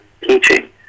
teaching